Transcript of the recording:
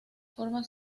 forma